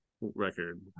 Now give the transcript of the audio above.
record